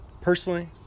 personally